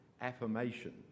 affirmation